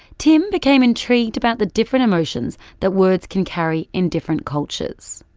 tim became intrigued about the different emotions that words can carry in different cultures.